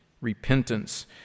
repentance